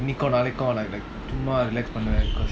இன்னைக்குநாளைக்கோசும்மா:innaiko nalaiko summa like பண்ணுவேன்:pannuven